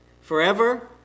forever